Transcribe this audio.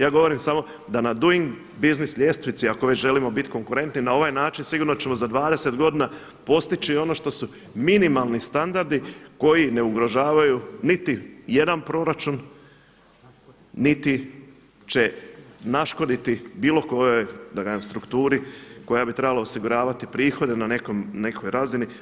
Ja govorim samo na Doing business ljestvici ako već želimo biti konkurentni, na ovaj način sigurno ćemo za 20 godina postići ono što su minimalni standardi koji ne ugrožavaju niti jedan proračun niti će naškoditi bilo kojoj da kažem strukturi koja bi trebala osiguravati prihode na nekoj razini.